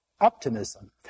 optimism